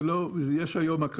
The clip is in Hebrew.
לא רק במרכז.